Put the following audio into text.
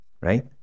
right